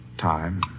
time